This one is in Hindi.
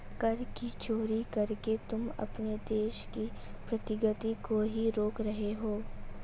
कर की चोरी करके तुम अपने देश की प्रगती को ही रोक रहे हो